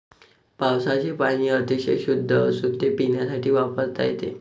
पावसाचे पाणी अतिशय शुद्ध असून ते पिण्यासाठी वापरता येते